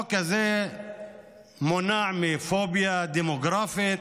החוק הזה מוּנע מפוביה דמוגרפית.